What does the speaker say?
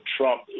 Trump